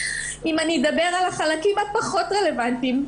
אם אדבר על החלקים הפחות רלוונטיים,